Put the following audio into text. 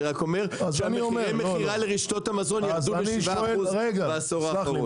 אני רק אומר שמחירי המכירה לרשתות המזון ירדו ב-7% בעשור האחרון.